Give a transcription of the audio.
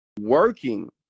working